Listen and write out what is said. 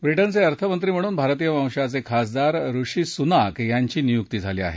ब्रिटनचे अर्थमंत्री म्हणून भारतीय वंशाचे खासदार ऋषी सुनाक यांची नियुक्ती झाली आहे